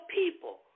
people